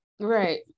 right